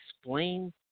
explain